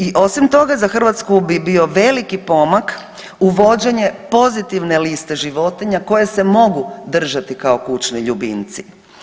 I osim toga za Hrvatsku bi bio veliki pomak uvođenje pozitivne liste životinja koje se mogu držati kao kućni ljubimci.